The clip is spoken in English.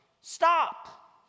stop